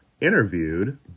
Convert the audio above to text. interviewed